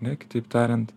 ne kitaip tariant